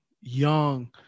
young